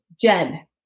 Jen